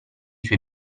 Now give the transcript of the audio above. suoi